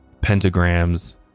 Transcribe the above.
pentagrams